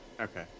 Okay